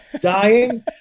dying